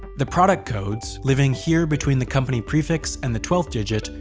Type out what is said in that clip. the product codes, living here between the company prefix and the twelfth digit,